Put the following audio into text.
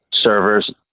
servers